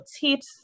tips